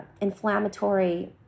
inflammatory